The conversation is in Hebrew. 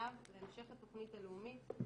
מחויב להמשך התוכנית הלאומית.